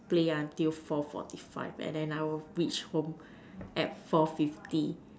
play until four forty five and then I will reach home at four fifty